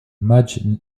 madge